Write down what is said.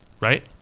Right